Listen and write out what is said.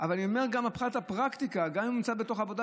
אבל אני אומר שגם מבחינת הפרקטיקה: אם הוא נמצא בעבודה,